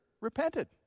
repented